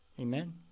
Amen